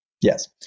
yes